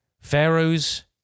Pharaoh's